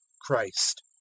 Christ